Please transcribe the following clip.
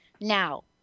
Now